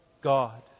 God